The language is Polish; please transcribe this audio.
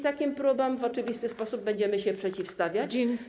Takim próbom w oczywisty sposób będziemy się przeciwstawiać.